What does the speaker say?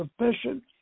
sufficient